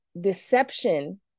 deception